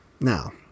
Now